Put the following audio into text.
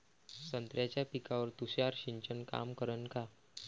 संत्र्याच्या पिकावर तुषार सिंचन काम करन का?